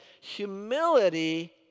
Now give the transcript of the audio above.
humility